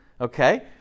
okay